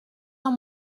dans